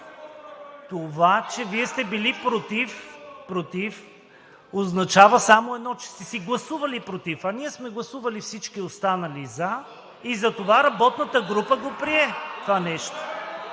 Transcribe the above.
Това, че Вие сте били против, означава само едно, че сте гласували против, а ние всички останали сме гласували за и затова работната група го прие това нещо.